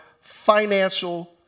financial